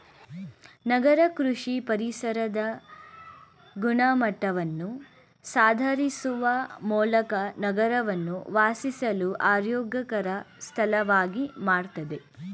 ನಗರ ಕೃಷಿ ಪರಿಸರದ ಗುಣಮಟ್ಟವನ್ನು ಸುಧಾರಿಸುವ ಮೂಲಕ ನಗರವನ್ನು ವಾಸಿಸಲು ಆರೋಗ್ಯಕರ ಸ್ಥಳವಾಗಿ ಮಾಡ್ತದೆ